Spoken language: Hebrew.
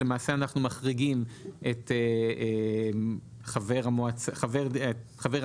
למעשה אנחנו מחריגים את חבר הדירקטוריון